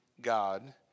God